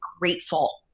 grateful